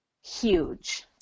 huge